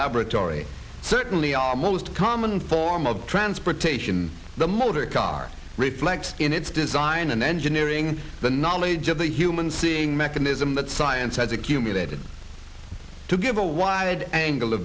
laboratory certainly our most common form of transportation the motor car reflects in its design and engineering the knowledge of the human seeing mechanism that science has accumulated to give a wide angle a